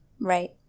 right